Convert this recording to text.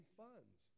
funds